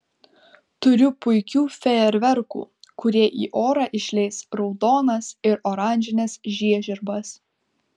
turiu puikių fejerverkų kurie į orą išleis raudonas ir oranžines žiežirbas